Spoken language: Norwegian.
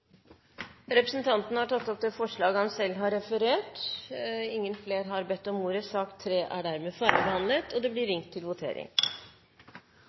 Representanten Morten Høglund har tatt opp det forslaget han refererte til. Flere har ikke bedt om ordet til sak